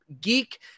geek